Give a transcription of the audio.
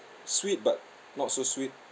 sweet but not so sweet